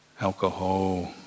Alcohol